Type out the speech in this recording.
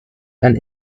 and